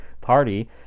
party